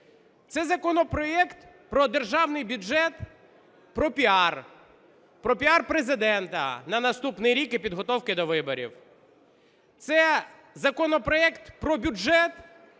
Це законопроект про Державний бюджет – про піар, про піар Президента на наступний рік і підготовки до виборів. Це законопроект про бюджет